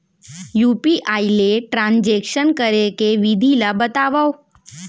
UPI ले transaction करे के विधि ला बतावव?